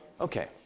Okay